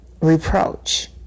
reproach